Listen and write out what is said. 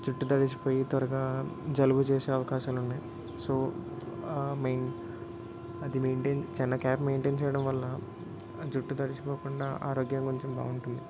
జుట్టు తడిసిపోయి త్వరగా జలుబు చేసే అవకాశాలున్నాయ్ సో మెయిన్ అది మెయింటైన్ చిన్న క్యాప్ మెయింటైన్ చేయడం వల్ల ఆ జుట్టు తడిసిపోకుండా ఆరోగ్యం కొంచెం బాగుంటుంది